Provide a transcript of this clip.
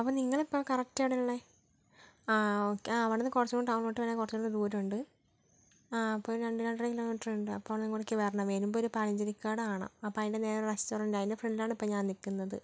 അപ്പം നിങ്ങളിപ്പം കറക്ട് എവിടെയാണുള്ളെ ഓക്കെ ആ അവിടുന്ന് കുറച്ചുംകൂടെ ടൗണിലോട്ട് വരാന് കുറച്ചുംകൂടെ ദൂരവുണ്ട് അപ്പം രണ്ട് രണ്ടര കിലോമീറ്ററുണ്ട് അപ്പം ഇങ്ങോട്ടെയ്ക്ക് വരണത് വരുമ്പോള് ഒരു പഴഞ്ചിനികട കാണാം അപ്പം അതിന് നേരെ റെസ്റ്റോറന്റ് ആണ് അതിന്റെ ഫ്രണ്ടിലാണ് ഇപ്പം ഞാന് നിൽക്കുന്നത്